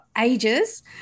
ages